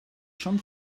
schon